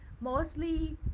mostly